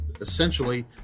essentially